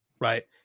right